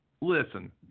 Listen